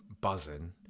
buzzing